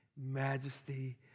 majesty